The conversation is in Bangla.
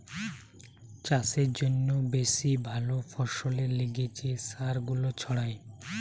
চাষের জন্যে বেশি ভালো ফসলের লিগে যে সার গুলা ছড়ায়